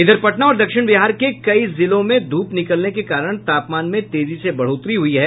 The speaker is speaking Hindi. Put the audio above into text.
इधर पटना और दक्षिण बिहार के कई जिलों में धूप निकलने के कारण तापमान में तेजी से बढ़ोतरी हुई है